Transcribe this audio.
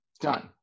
Done